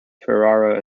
ferrara